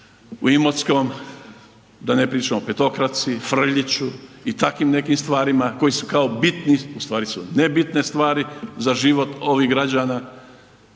u Imotskom, da ne pričamo o petokraci, Frljiću i takvim nekim stvarima koji su kao bitni, ustvari su nebitne stvari za život ovih građana.